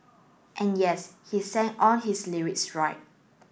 and yes he sang all his lyrics right